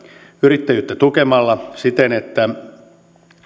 yrittäjyyttä tukemalla siten että